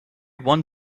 one